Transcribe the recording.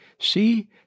see